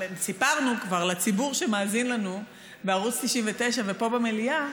סיפרנו לציבור שמאזין לנו בערוץ 99 ופה במליאה,